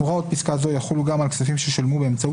הוראות פסקה זו יחולו גם על כספים ששולמו באמצעות